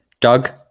Doug